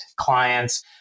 clients